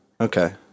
Okay